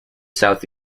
south